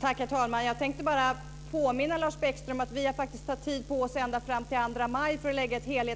Herr talman! Jag tänkte bara påminna Lars Bäckström om att vi faktiskt har tid på oss ända fram till den 2 maj för att lägga fram